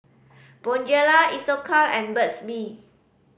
Bonjela Isocal and Burt's Bee